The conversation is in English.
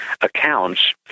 accounts